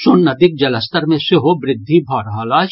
सोन नदीक जलस्तर मे सेहो वृद्धि भऽ रहल अछि